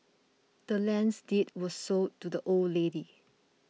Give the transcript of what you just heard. the land's deed was sold to the old lady